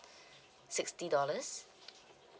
sixty dollars